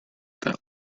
that